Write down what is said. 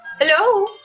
Hello